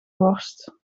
worst